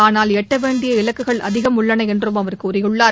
ஆனால் எட்டவேண்டிய இலக்குகள் அதிகம் உள்ளன என்றும் அவர் கூறியுள்ளார்